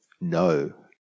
No